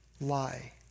lie